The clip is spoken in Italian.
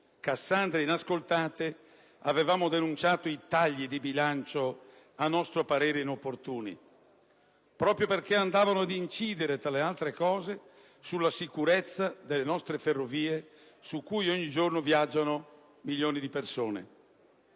Cassandre inascoltate, abbiamo denunciato i tagli di bilancio, a nostro parere inopportuni proprio perché andavano ad incidere, tra le altre cose, sulla sicurezza delle nostre ferrovie, su cui ogni giorno viaggiano milioni di persone.